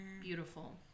Beautiful